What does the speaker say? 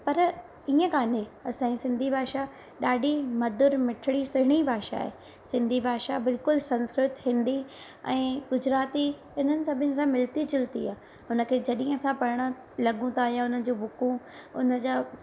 पर ईअं कान्हे असांजी सिंधी भाषा ॾाढी मधुर मिठड़ी सुहिणी भाषा आहे सिंधी भाषा बिल्कुलु संस्कृतिक हिंदी ऐं गुजराती हिननि सभिनि सां मिलती झुलती आहे हुन खे जॾहिं असां पढणु लगूं था या हुननि जूं बुकूं हुन जा